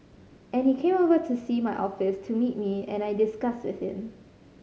and he came over to see my office to meet me and I discussed with him